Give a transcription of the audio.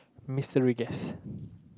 mystery guess